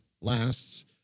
lasts